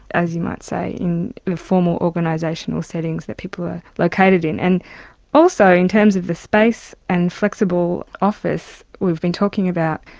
as you might say, in formal organisational settings that people are located in. and also in terms of the space and flexible office that we've been talking about,